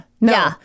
No